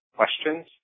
questions